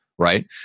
right